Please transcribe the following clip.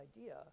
idea